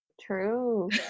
True